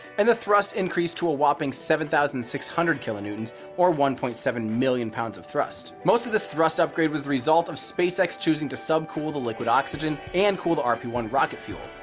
and the thrust increased to a whopping seven thousand six hundred kn and and or one point seven million pounds of thrust. most of this thrust upgrade was the result of spacex choosing to sub-cool the liquid oxygen and cool the rp one rocket fuel.